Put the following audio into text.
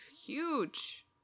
huge